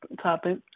topic